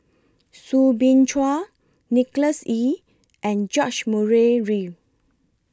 Soo Bin Chua Nicholas Ee and George Murray Reith